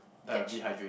get